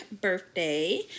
birthday